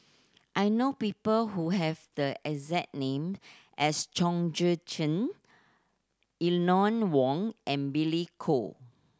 I know people who have the exact name as Chong Tze Chien Eleanor Wong and Billy Koh